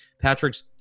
Patrick's